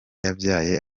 yabyaye